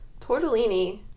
Tortellini